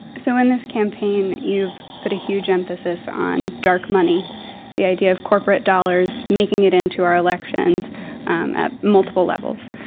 so in this campaign, you've put a huge emphasis on dark money the idea of corporate dollars making it into our elections at multiple levels.